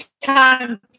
time